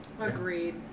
Agreed